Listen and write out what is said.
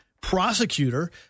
prosecutor